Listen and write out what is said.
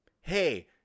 hey